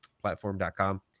Platform.com